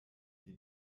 die